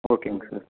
ஓகேங்க சார்